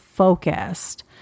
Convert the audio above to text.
focused